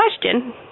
Question